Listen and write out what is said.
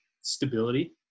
stability